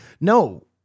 no